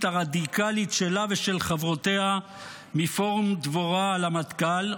הרדיקלית שלה ושל חברותיה מפורום דבורה על המטכ"ל,